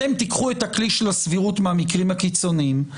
אתם תיקחו את הכלי של הסבירות מהמקרים הקיצוניים,